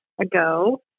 ago